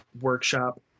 workshop